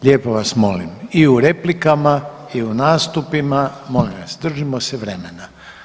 Lijepo vas molim i u replikama i u nastupima molim vas držimo se vremena.